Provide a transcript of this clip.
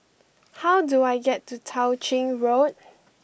how do I get to Tao Ching Road